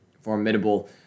formidable